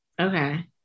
Okay